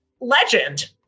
legend